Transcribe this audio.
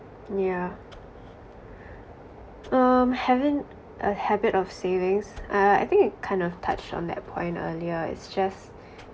yeah um having a habit of savings I I think you kind of touched on that point earlier it's just